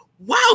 Wow